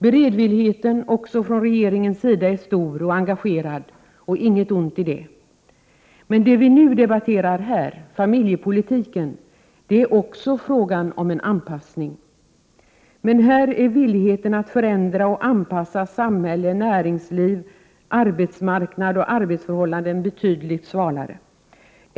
Beredvilligheten också från regeringens sida är stor och engagerad, och inget ont i det. Men det vi nu debatterar, familjepolitiken, handlar också om en anpassning. Men här är villigheten att förändra och anpassa samhälle, näringsliv, arbetsmarknad och arbetsförhållanden betydligt mindre.